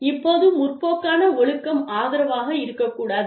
இப்போது முற்போக்கான ஒழுக்கம் ஆதரவாக இருக்கக்கூடாது